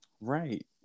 Right